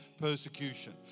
persecution